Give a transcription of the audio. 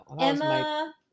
emma